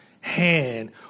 hand